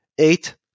eight